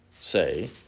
say